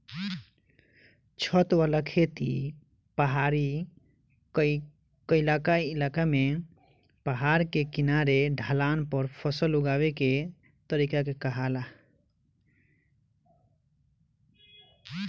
छत वाला खेती पहाड़ी क्इलाका में पहाड़ के किनारे ढलान पर फसल उगावे के तरीका के कहाला